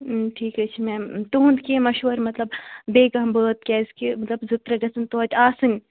ٹھیٖک حظ چھُ میم تُہنٛد کیٚنٛہہ مَشوَرٕ مطلب بیٚیہِ کانٛہہ بٲتھ کیازِ کہِ مطلب زٕ ترٛے گَژھن تویتہِ آسٕنۍ